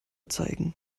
zeigen